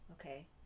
okay